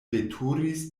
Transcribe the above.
veturis